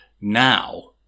now